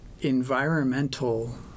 environmental